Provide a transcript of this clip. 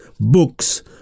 books